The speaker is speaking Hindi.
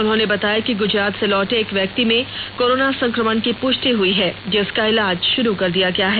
उन्होंने बताया कि गुजरात से लौटे एक व्यक्ति में कोरोना संक्रमण की पृष्टि हई है जिसका इलाज शुरू कर दिया गया है